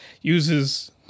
uses